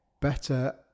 better